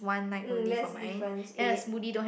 mm that's difference eight